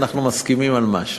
אנחנו מסכימים על משהו.